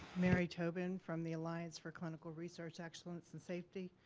mary tobin from the alliance for clinical research excellence in safety